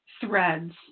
threads